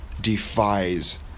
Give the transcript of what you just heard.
defies